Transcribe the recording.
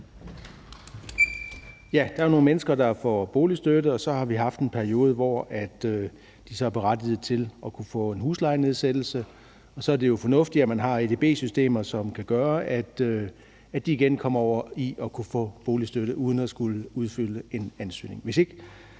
Der er jo nogle mennesker, der får boligstøtte, og så har vi en periode, hvor de så er berettiget til at kunne få en huslejenedsættelse. Så er det jo fornuftigt, at man har edb-systemer, som kan gøre, at de igen kommer tilbage til at kunne få boligstøtte uden at skulle udfylde en ansøgning.